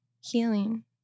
healing